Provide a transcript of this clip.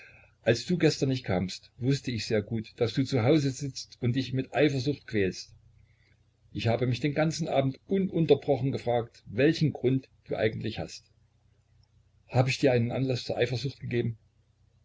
als du gestern nicht kamst wußt ich sehr gut daß du zu hause sitzt und dich mit eifersucht quälst ich habe mich den ganzen abend ununterbrochen gefragt welchen grund du eigentlich hast hab ich dir einen anlaß zur eifersucht gegeben